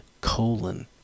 colon